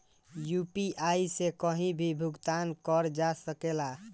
UPI से कहीं भी भुगतान कर जा सकेला?